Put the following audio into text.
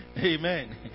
amen